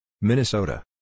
Minnesota